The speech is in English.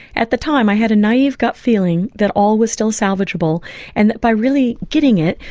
at the time i had a naive gut feeling that all was still salvageable and that by really getting it,